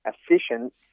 efficient